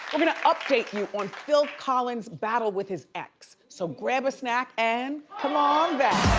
i'm gonna update you on phil collins, battle with his ex. so grab a snack and come on back.